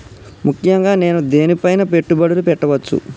ముఖ్యంగా నేను దేని పైనా పెట్టుబడులు పెట్టవచ్చు?